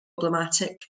problematic